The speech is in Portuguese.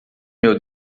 meu